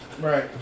Right